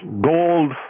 gold